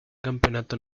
campeonato